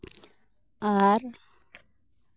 ᱟᱨ